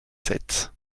sept